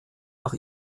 nach